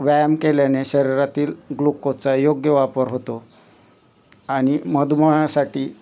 व्यायाम केल्याने शरीरातील ग्लुकोजचा योग्य वापर होतो आणि मधमेहासाठी